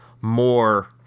more